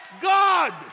God